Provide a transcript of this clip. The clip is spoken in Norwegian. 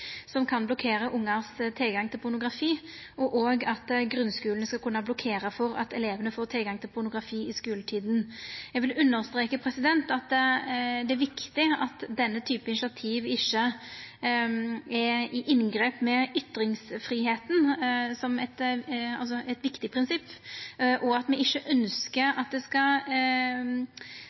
som kan blokkera tilgangen til pornografi for ungane, og at grunnskulen skal kunna blokkera tilgangen til pornografi for elevane i skuletida. Eg vil understreka at det er viktig at denne typen initiativ ikkje grip inn i ytringsfridomen, som er eit viktig prinsipp, og at me ikkje ønskjer at det skal